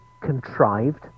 contrived